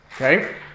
Okay